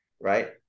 right